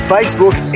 Facebook